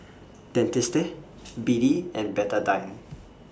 Dentiste B D and Betadine